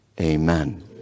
Amen